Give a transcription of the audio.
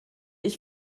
ich